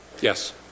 Yes